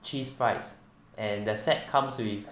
cheese fries and the set comes with